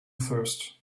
first